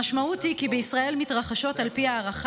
המשמעות היא כי בישראל מתרחשות, על פי ההערכה,